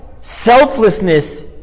selflessness